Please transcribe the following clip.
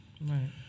Right